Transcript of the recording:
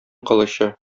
кылычы